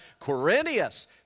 Quirinius